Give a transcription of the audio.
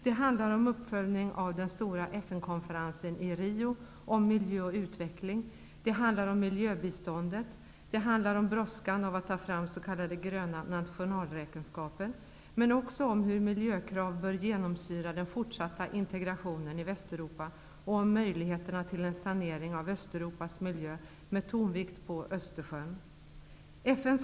Det handlar om uppföljningen av den stora FN konferensen i Rio om miljö och utveckling, miljöbiståndet, brådskan att ta fram s.k. gröna nationalräkenskaper, men också om hur miljökrav bör genomsyra den fortsatta integrationen i Västeuropa och om möjligheterna till en sanering av Östeuropas miljö med tonvikt på Östersjön.